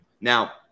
Now